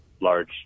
large